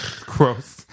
Gross